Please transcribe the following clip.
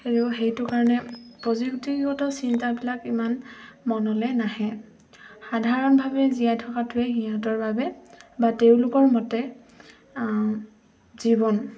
আৰু সেইটো কাৰণে প্ৰযুক্তিগত চিন্তাবিলাক ইমান মনলৈ নাহে সাধাৰণভাৱে জীয়াই থকাটোৱে সিহঁতৰ বাবে বা তেওঁলোকৰ মতে জীৱন